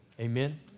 Amen